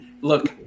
Look